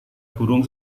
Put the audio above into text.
burung